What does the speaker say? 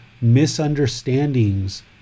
misunderstandings